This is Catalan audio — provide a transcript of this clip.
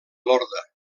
lorda